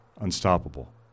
unstoppable